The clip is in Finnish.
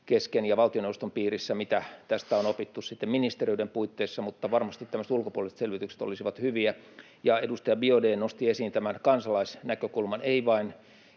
kesken ja valtioneuvoston piirissä, mitä tästä on opittu ministeriöiden puitteissa, mutta varmasti tämmöiset ulkopuoliset selvitykset olisivat hyviä. Edustaja Biaudet nosti esiin kansalaisnäkökulman, ei vain